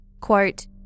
Quote